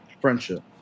Friendship